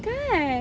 kan